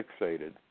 fixated